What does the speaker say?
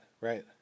right